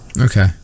Okay